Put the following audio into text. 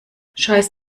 scheiß